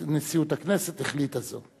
נשיאות הכנסת החליטה זאת.